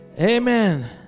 Amen